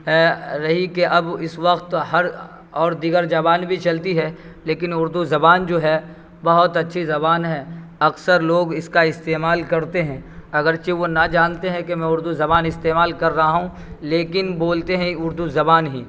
رہی کہ اب اس وقت ہر اور دیگر زبان بھی چلتی ہے لیکن اردو زبان جو ہے بہت اچھی زبان ہے اکثر لوگ اس کا استعمال کرتے ہیں اگرچہ وہ نہ جانتے ہیں کہ میں اردو زبان استعمال کر رہا ہوں لیکن بولتے ہیں اردو زبان ہی